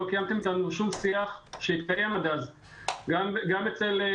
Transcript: לא קיימתם איתנו שום שיח שהתקיים עד אז גם ברשות